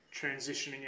transitioning